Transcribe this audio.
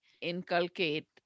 inculcate